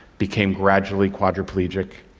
became gradually quadriplegic.